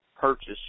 purchase